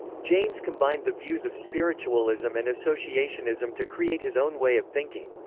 james combined the views of spiritualism and associationism to create his own way of thinking.